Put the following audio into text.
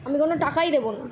আমি কোনো টাকাই দেব না